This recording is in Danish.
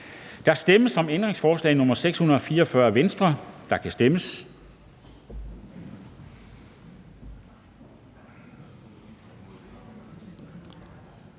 Der stemmes om ændringsforslag nr. 644 af V, og der kan stemmes.